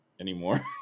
anymore